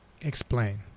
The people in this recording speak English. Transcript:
Explain